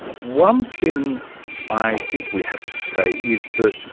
one thing i think we have to say is that,